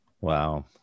wow